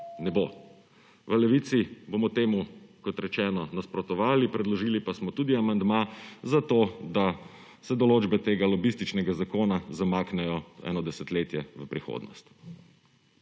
nebo. V Levici bomo temu, kot rečeno, nasprotovali. Vložili pa smo tudi amandma, zato da se določbe tega lobističnega zakona zamaknejo eno desetletje v prihodnost.